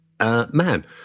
Man